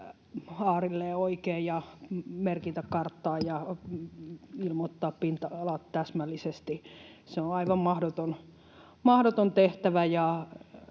aarilleen oikein ja merkitä karttaan ja ilmoittaa pinta-alat täsmällisesti. Se on aivan mahdoton tehtävä.